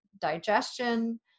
digestion